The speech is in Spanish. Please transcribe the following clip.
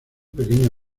pequeño